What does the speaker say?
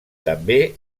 també